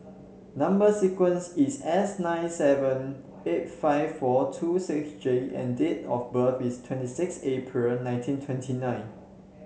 number sequence is S nine seven eight five four two six J and date of birth is twenty six April nineteen twenty nine